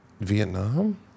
Vietnam